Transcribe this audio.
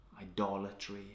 idolatry